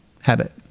habit